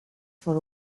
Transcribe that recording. for